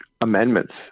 amendments